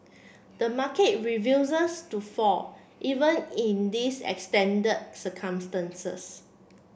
the market refuses to fall even in these extended circumstances